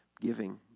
giving